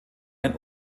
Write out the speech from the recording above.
ein